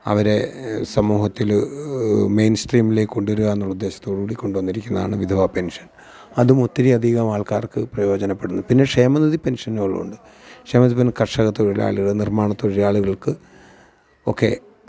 അവരെ സമൂഹത്തില് മെയിന് സ്ട്രീമിലേക്ക് കൊണ്ടുവരുക എന്നൊള്ള ഉദ്ദേശത്തോടു കൂടി കൊണ്ടു വന്നിരിക്കുന്നതാണ് വിധവാപെന്ഷന് അതുമൊത്തിരിയധികം ആള്ക്കാര്ക്ക് പ്രയോജനപ്പെടുന്നു പിന്നെ ക്ഷേമനിധി പെന്ഷനുകളും ഒണ്ട് ക്ഷേമനിധി കര്ഷക തൊഴിലാളികള് നിര്മ്മാണ തൊഴിലാളികള്ക്ക് ഒക്കെ